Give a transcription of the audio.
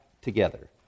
together